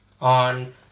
on